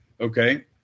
Okay